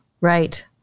Right